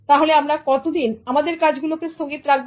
তাহলে আমরা কতদিন আমাদের কাজগুলোকে স্থগিত রাখবো